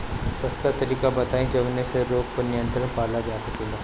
सस्ता तरीका बताई जवने से रोग पर नियंत्रण पावल जा सकेला?